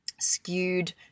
skewed